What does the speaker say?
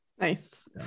Nice